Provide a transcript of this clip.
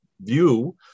view